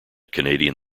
canadian